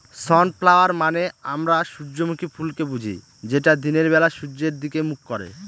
sunflower মানে আমরা সূর্যমুখী ফুলকে বুঝি যেটা দিনের বেলা সূর্যের দিকে মুখ করে